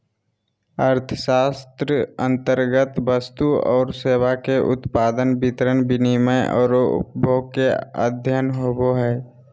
अर्थशास्त्र अन्तर्गत वस्तु औरो सेवा के उत्पादन, वितरण, विनिमय औरो उपभोग के अध्ययन होवो हइ